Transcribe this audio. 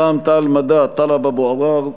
רע"ם-תע"ל-מד"ע: טלב אבו עראר.